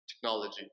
technology